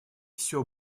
все